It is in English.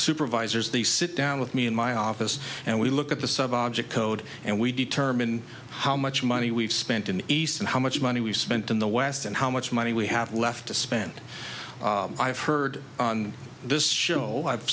supervisors they sit down with me in my office and we look at the sub object code and we determine how much money we've spent in the east and how much money we spent in the west and how much money we have left to spend i've heard on this